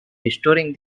restoring